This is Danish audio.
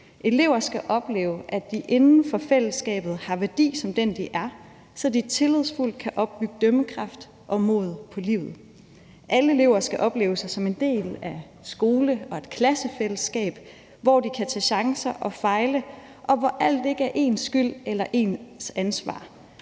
Elever skal opleve, at de inden for fællesskabet har værdi som den, de er, så de tillidsfuldt kan opbygge dømmekraft og mod på livet. Alle elever skal opleve sig som en del af et skole- og et klassefællesskab, hvor de kan tage chancer og fejle, og hvor alt ikke er ens skyld eller ens ansvar.